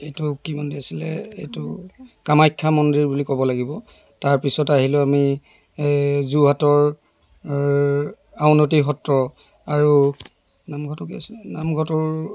এইটো কি মন্দিৰ আছিলে এইটো কামাখ্যা মন্দিৰ বুলি ক'ব লাগিব তাৰপিছত আহিলোঁ আমি এই যোৰহাটৰ আউনী আটী সত্ৰ আৰু নামঘৰটো কি আছিলে নামঘৰটোৰ